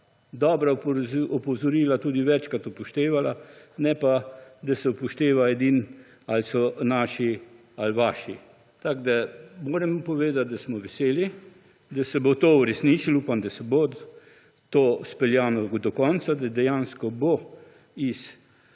dobra opozorila tudi večkrat upoštevala, ne pa, da se upošteva edino ali so naši ali vaši. Tako da, moram povedati, da smo veseli, da se bo to uresničilo, upam, da se bo to speljalo do konca, da dejansko bo